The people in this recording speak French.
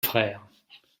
frères